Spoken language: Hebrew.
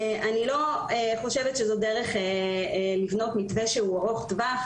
אני לא חושבת שזו דרך לבנות מתווה שהוא ארוך טווח.